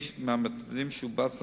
גדולים,